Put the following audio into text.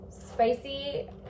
spicy